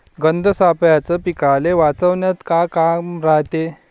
गंध सापळ्याचं पीकाले वाचवन्यात का काम रायते?